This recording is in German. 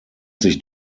sich